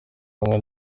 rumwe